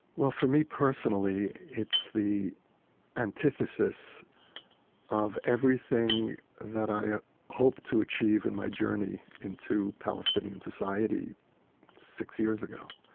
well, for me personally it's the antithesis of everything that i hoped to achieve in my journey into palestinian society six years ago.